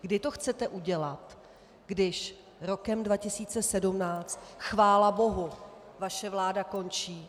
Kdy to chcete udělat, když rokem 2017 chvála bohu vaše vláda končí?